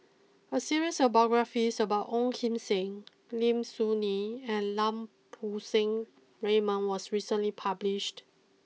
a series of biographies about Ong Kim Seng Lim Soo Ngee and Lau Poo Seng Raymond was recently published